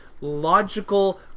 logical